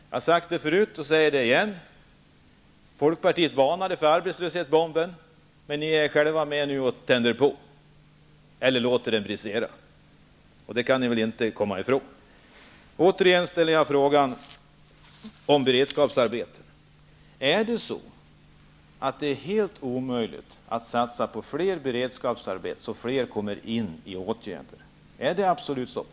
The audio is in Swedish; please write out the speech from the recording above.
Jag har sagt det förut, och jag säger det igen: Folkpartiet varnade för arbetslöshetsbomben men är nu själva med och tänder på, eller låter den brisera. Det kan ni väl inte förneka? Jag ställer återigen frågan om beredskapsarbeten: Är det helt omöjligt att satsa på fler beredskapsarbeten så att fler kan utnyttja den möjligheten?